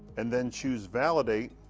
and then choose validate